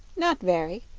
not very.